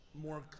more